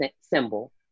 symbol